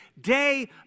day